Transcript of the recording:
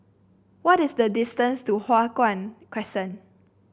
what is the distance to Hua Guan Crescent